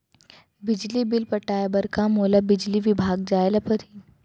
बिजली बिल पटाय बर का मोला बिजली विभाग जाय ल परही?